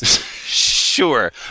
Sure